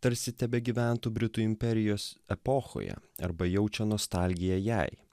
tarsi tebegyventų britų imperijos epochoje arba jaučia nostalgiją jai